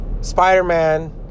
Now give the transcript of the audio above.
Spider-Man